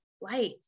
light